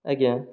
ଆଜ୍ଞା